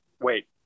wait